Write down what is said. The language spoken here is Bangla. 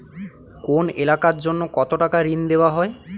কোন এলাকার জন্য কত টাকা ঋণ দেয়া হয়?